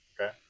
Okay